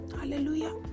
Hallelujah